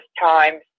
times